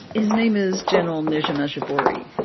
his name is general najim al-jubouri.